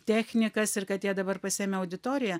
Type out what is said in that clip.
technikas ir kad jie dabar pasiėmę auditoriją